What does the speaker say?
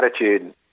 attitude